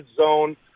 zone